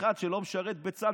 אחד שלא משרת בצה"ל,